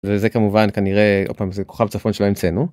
זה כמובן כנראה כוכב צפון של המצאנו.